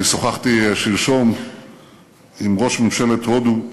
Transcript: אני שוחחתי שלשום עם ראש ממשלת הודו,